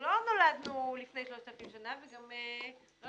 לא נולדנו לפני 3,000 שנים וגם לא